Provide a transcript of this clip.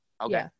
Okay